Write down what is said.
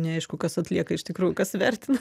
neaišku kas atlieka iš tikrųjų kas įvertina